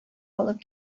алып